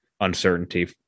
uncertainty